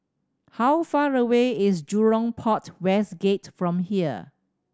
how far away is Jurong Port West Gate from here